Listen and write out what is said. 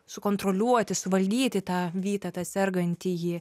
sukontroliuoti suvaldyti tą vitą tą sergantįjį